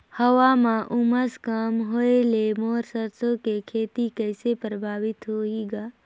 हवा म उमस कम होए ले मोर सरसो के खेती कइसे प्रभावित होही ग?